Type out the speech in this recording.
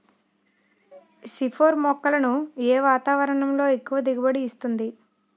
C four మొక్కలను ఏ వాతావరణంలో ఎక్కువ దిగుబడి ఇస్తుంది?